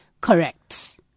correct